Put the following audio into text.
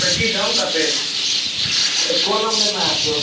पच्चीस आम के पेड़ कौन आम लेना है आपको